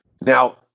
Now